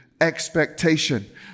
expectation